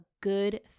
good